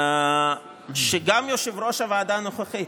שגם יושב-ראש הוועדה הנוכחית,